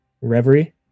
reverie